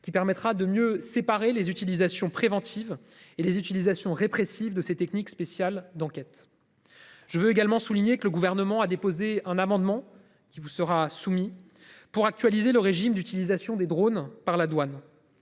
qui permettra de mieux séparer les utilisation préventive et les utilisations répressive de ces techniques spéciales d'enquête. Je veux également souligner que le gouvernement a déposé un amendement qui vous sera soumis pour actualiser le régime d'utilisation des drone par la douane.